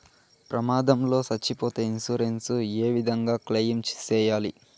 ప్రమాదం లో సచ్చిపోతే ఇన్సూరెన్సు ఏ విధంగా క్లెయిమ్ సేయాలి?